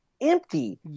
empty